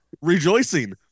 rejoicing